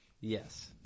Yes